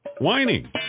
whining